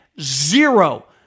zero